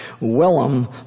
Willem